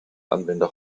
anwender